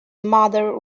mother